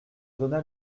donna